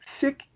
sick